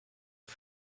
der